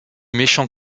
méchant